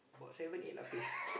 about seven eight lapis